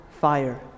fire